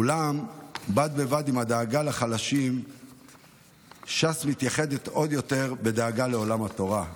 אולם בד בבד עם דאגה לחלשים ש"ס מתייחדת עוד יותר בדאגה לעולם התורה,